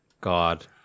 God